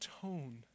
tone